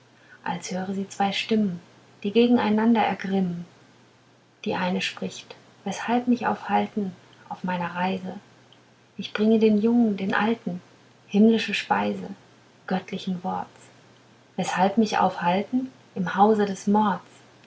als hörte sie zwei stimmen die gegeneinander ergrimmen die eine spricht weshalb mich aufhalten auf meiner reise ich bringe den jungen den alten himmlische speise göttlichen worts weshalb mich aufhalten im hause des mords